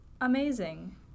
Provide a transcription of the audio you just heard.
Amazing